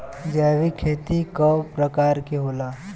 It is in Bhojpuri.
जैविक खेती कव प्रकार के होला?